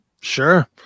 Sure